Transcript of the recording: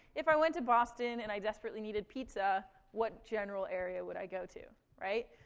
if i went to boston, and i desperately needed pizza, what general area would i go to? right?